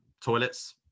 toilets